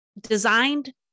designed